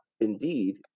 Indeed